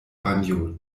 panjo